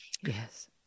yes